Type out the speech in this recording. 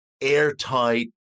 airtight